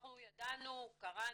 אנחנו ידענו, קראנו,